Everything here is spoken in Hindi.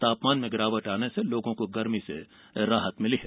तापमान में गिरावट आने से लोगों को गर्मी से राहत मिली है